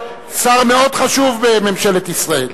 שר מאוד חשוב בממשלת ישראל.